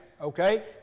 okay